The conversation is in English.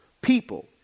people